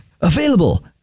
Available